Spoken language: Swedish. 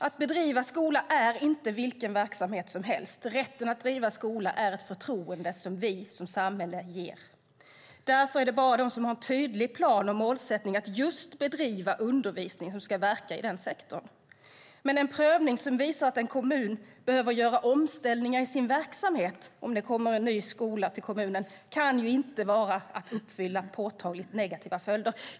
Att bedriva skola är inte vilken verksamhet som helst. Rätten att driva skola är ett förtroende vi som samhälle ger. Därför är det bara de som har en tydlig plan och målsättning att just bedriva undervisning som ska verka i den sektorn. En prövning som visar att en kommun behöver göra omställningar i sin verksamhet om det kommer en ny skola till kommunen kan dock inte vara att uppfylla påtagligt negativa följder.